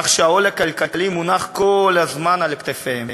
כך שהעול הכלכלי מונח כל הזמן על כתפיהם.